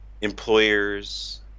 employers